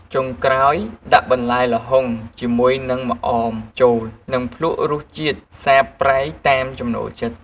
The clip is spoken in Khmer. ចុងក្រោយដាក់បន្លែល្ហុងជាមួយនឹងម្អមចូល នឹងភ្លក្សរសជាតិសាបប្រៃតាមចំណូលចិត្ត។